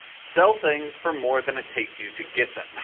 sell things for more than it takes you to get them.